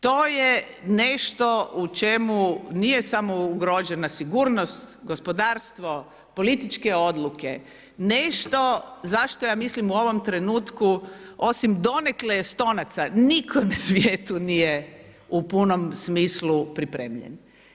To je nešto u čemu nije samo ugrožena sigurnost, gospodarstvo, političke odluke, nešto za što ja mislim u ovom trenutku, osim donekle Estonaca, nitko na svijetu u punom smislu pripremljen.